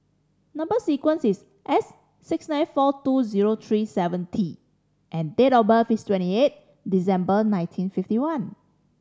number sequence is S six nine four two zero three seven T and date of birth is twenty eight December nineteen fifty one